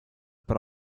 per